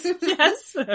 Yes